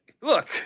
Look